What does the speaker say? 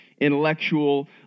intellectual